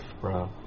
bro